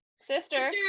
Sister